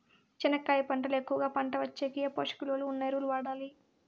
చెనక్కాయ పంట లో ఎక్కువగా పంట వచ్చేకి ఏ పోషక విలువలు ఉన్న ఎరువులు వాడాలి?